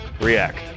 React